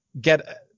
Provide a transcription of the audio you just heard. get